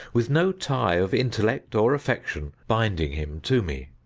with no tie of intellect or affection binding him to me.